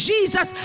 Jesus